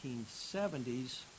1970s